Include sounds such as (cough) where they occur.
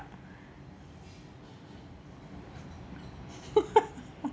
(laughs)